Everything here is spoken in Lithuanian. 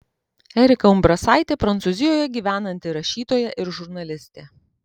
erika umbrasaitė prancūzijoje gyvenanti rašytoja ir žurnalistė